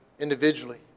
Individually